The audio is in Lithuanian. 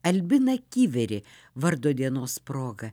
albiną kiverį vardo dienos proga